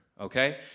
okay